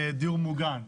דיור מוגן,